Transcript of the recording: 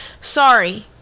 Sorry